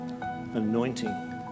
anointing